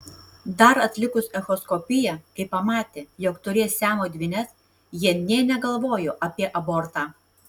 dar atlikus echoskopiją kai pamatė jog turės siamo dvynes jie nė negalvojo apie abortą